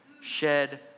shed